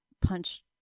punch